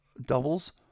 doubles